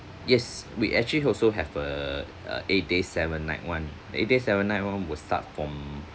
yes we actually also have a a eight days seven night one eight days seven night one will start from